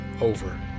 over